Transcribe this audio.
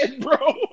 bro